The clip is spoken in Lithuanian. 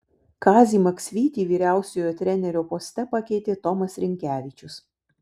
kazį maksvytį vyriausiojo trenerio poste pakeitė tomas rinkevičius